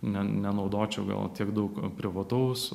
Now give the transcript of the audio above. ne nenaudočiau gal tiek daug privataus